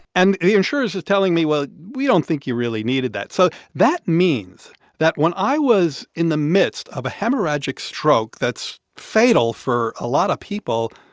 and the insurers were telling me, well, we don't think you really needed that. so that means that when i was in the midst of a hemorrhagic stroke that's fatal for a lot of people,